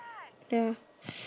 ya